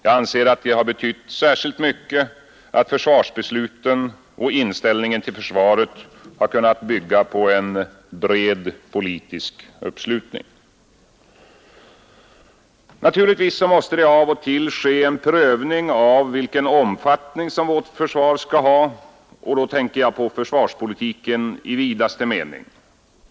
Jag anser att det har betytt särskilt mycket att försvarsbesluten och inställningen till försvaret har kunnat bygga på en bred politisk uppslutning. Naturligtvis måste det av och till ske en prövning av vilken omfattning som vårt försvar skall ha, och då tänker jag på försvarspolitiken i vidaste mening.